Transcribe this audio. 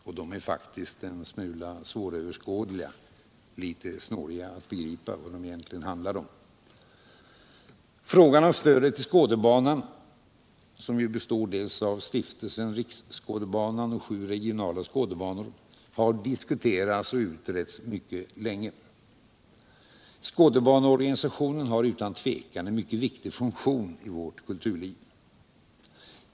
Och de är faktiskt en smula svåröverskådliga, litet för snåriga för att man skall begripa vad de egentligen avser. Frågan om stödet till Skådebanan — som består dels av Stiftelsen Riksskådebanan, dels av sju regionala skådebanor — har diskuterats och utretts mycket länge. Skådebaneorganisationen har utan tvivel en mycket viktig funktion i vårt kulturliv.